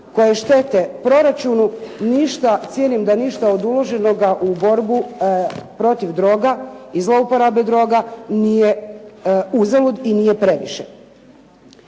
koje štete proračunu, ništa cijenim da ništa od uloženog u borbu protiv zlouporabe droga nije uzalud i nije previše.